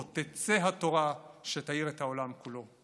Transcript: עוד תצא התורה שתאיר את העולם כולו.